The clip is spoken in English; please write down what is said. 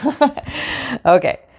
Okay